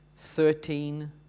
Thirteen